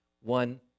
one